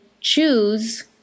choose